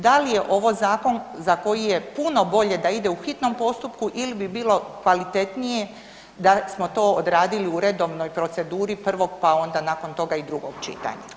Da li je ovo zakon za koji je puno bolje da ide u hitnom postupku ili bi bilo kvalitetnije da smo to odradili u redovnoj proceduri prvog, pa onda i drugog čitanja.